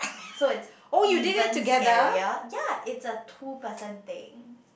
so it's even scarier ya it's a two person thing